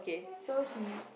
so he